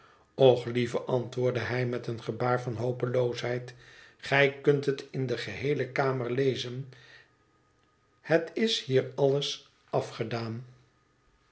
och lieve antwoordde hij met een gebaar van hopeloosheid gij kunt het in de geheele kamer lezen het is hier alles afgedaan